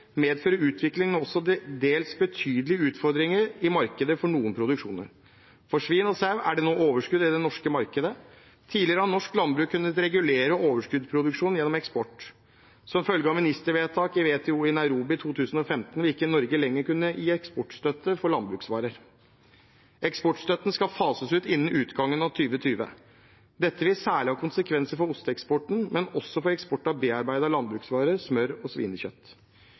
medfører utviklingen også dels betydelige utfordringer i markedet for noen produksjoner. For svin og sau er det nå overskudd i det norske markedet. Tidligere har norsk landbruk kunnet regulere overskuddsproduksjon gjennom eksport. Som følge av ministervedtaket i WTO i Nairobi i 2015 vil ikke Norge lenger kunne gi eksportstøtte for landbruksvarer. Eksportstøtten skal fases ut innen utgangen av 2020. Dette vil særlig ha konsekvenser for osteeksporten, men også for eksporten av bearbeidede landbruksvarer, smør og svinekjøtt.